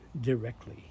directly